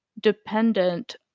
dependent